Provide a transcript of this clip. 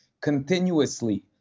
continuously